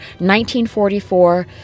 1944